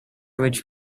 which